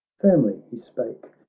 firmly he spake,